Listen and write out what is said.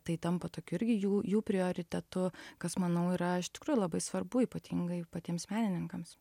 tai tampa tokiu irgi jų jų prioritetu kas manau yra iš tikrųjų labai svarbu ypatingai patiems menininkams